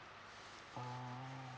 oh